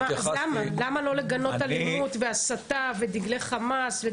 למה לא לגנות אלימות, הסתה ודגלי חמאס?